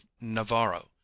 Navarro